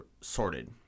sorted